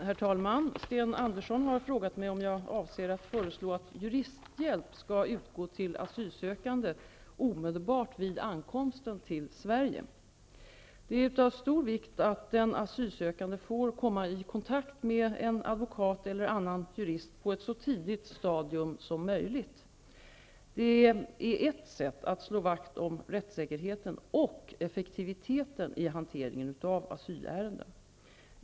Herr talman! Sten Andersson i Malmö har frågat mig om jag avser att föreslå att juristhjälp skall utgå till asylsökande omedelbart vid ankomsten till Det är av stor vikt att den asylsökande får komma i kontakt med en advokat eller annan jurist på ett så tidigt stadium som möjligt. Det är ett sätt att slå vakt om rättssäkerheten och effektiviteten i hanteringen av asylärenden.